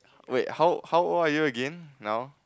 wait how how old are you again now